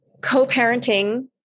co-parenting